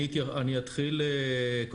אני אתייחס לחלק מהדברים.